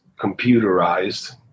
computerized